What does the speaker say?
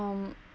um